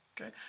okay